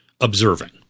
observing